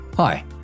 Hi